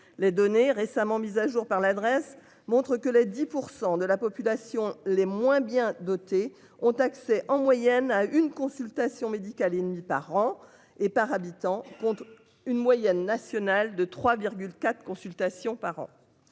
Les données récemment mis à jour par l'adresse montre que les 10% de la population les moins bien dotés ont accès en moyenne à une consultation médicale et demi par an et par habitant, contre une moyenne nationale de trois, quatre consultations par an.